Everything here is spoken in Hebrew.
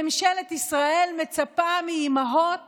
ממשלת ישראל מצפה מאימהות